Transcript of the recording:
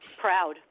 proud